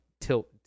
tilt